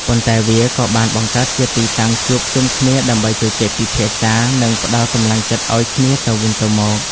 ប៉ុន្តែវាក៏បានបង្កើតជាទីតាំងជួបជុំគ្នាដើម្បីជជែកពិភាក្សា និងផ្ដល់កម្លាំងចិត្តឱ្យគ្នាទៅវិញទៅមក។